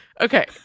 Okay